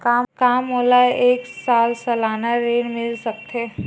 का मोला एक लाख सालाना ऋण मिल सकथे?